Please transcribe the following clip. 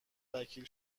وکیل